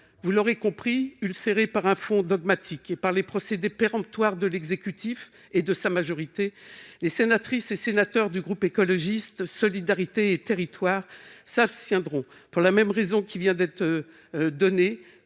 Vous l'aurez compris : ulcérés par un fond dogmatique et par les procédés péremptoires de l'exécutif et de sa majorité, les sénatrices et sénateurs du groupe Écologiste - Solidarité et Territoires s'abstiendront sur cette motion, pour les raisons